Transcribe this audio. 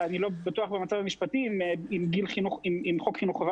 אני לא בטוח לפי המצב המשפטי אם חוק חינוך חובה